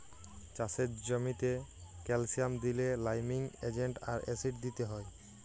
চাষের জ্যামিতে ক্যালসিয়াম দিইলে লাইমিং এজেন্ট আর অ্যাসিড দিতে হ্যয়